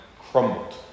crumbled